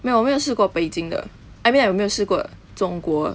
没有我没有试过北京的 I mean like 我没有式过中国